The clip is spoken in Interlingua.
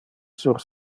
sur